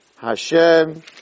Hashem